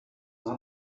not